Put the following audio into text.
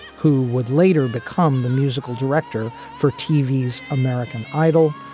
who would later become the musical director for t v s american idol,